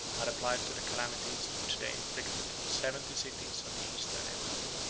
are applied to the calamities which they inflicted on seventy cities of the eastern empire.